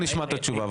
נשמע את התשובה.